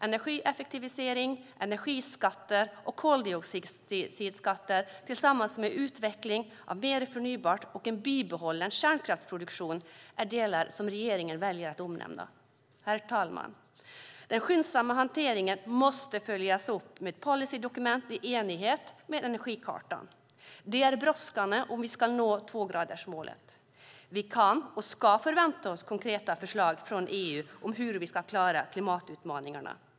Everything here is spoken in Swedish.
Energieffektivisering, energiskatter och koldioxidskatter tillsammans med utvecklingen av mer förnybart och en bibehållen kärnkraftsproduktion är delar som regeringen väljer att omnämna. Herr talman! Den skyndsamma hanteringen måste följas upp med policydokument i enlighet med Energikartan. Det är brådskande om vi ska nå tvågradersmålet. Vi kan och ska förvänta oss konkreta förslag från EU om hur vi ska klara klimatutmaningarna.